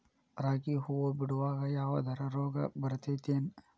ರಾಗಿ ಹೂವು ಬಿಡುವಾಗ ಯಾವದರ ರೋಗ ಬರತೇತಿ ಏನ್?